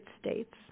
States